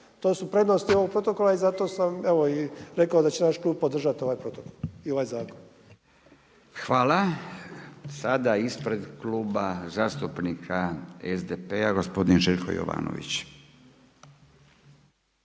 To su prednosti ovog protokola i zato sam evo, i rekao da će naš klub podržati ovaj protokol i ovaj zakon. **Radin, Furio (Nezavisni)** Hvala. Sad ispred Kluba zastupnika SDP-a gospodin Željko Jovanović.